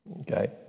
Okay